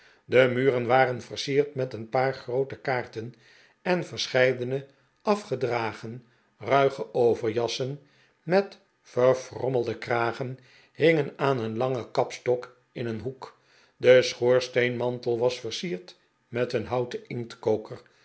de muren waren versierd met een paar groote kaarten en verscheidene afgedragen ruige overjassen met verfrommelde kragen hingen aan een langen kapstok in een hoek de schoorsteenmantel was versierd met een houten inktkoker